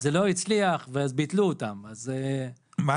זה לא הצליח, אז ביטלו אותם.